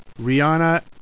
Rihanna